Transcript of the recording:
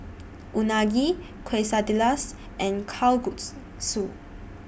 Unagi Quesadillas and